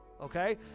okay